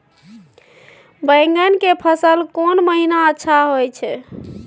बैंगन के फसल कोन महिना अच्छा होय छै?